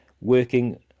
working